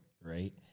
right